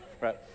Right